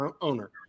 owner